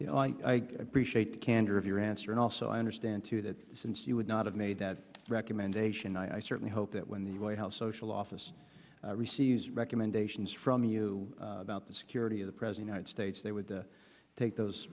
you know i appreciate candor of your answer and also i understand too that since you would not have made that recommendation i certainly hope that when the white house social office receives recommendation from you about the security of the present states they would take those